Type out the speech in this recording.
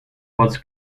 was